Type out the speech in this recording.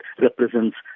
represents